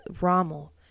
Rommel